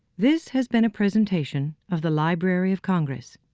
this has been a presentation of the library of congress.